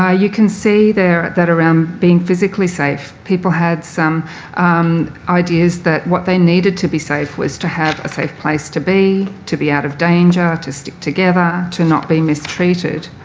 ah you can see there that around being physically safe people had some ideas that what they needed to be safe was to have a safe place to be, to be out of danger, to stick together, to not be mistreated.